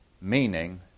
meaning